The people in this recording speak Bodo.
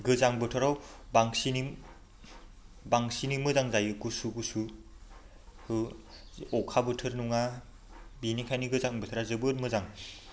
गोजां बोथोराव बांसिनै बांसिनै मोजां जायो गुसु गुसु अखा बोथोर नङा बेनिखायनो गोजां बोथोरा जोबोर मोजां